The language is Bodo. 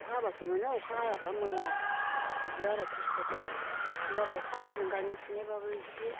अखा हाबासो मोनो अखा हायाबा मोना बिदि आरो खस्थ' थार होनबाबो अखा हाबा जों गायनाय फुनायबाबो इसे